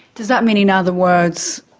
does that mean, in other words,